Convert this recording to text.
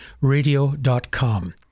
radio.com